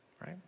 right